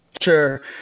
Sure